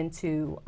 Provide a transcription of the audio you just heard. into